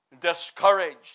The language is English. discouraged